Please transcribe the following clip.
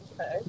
okay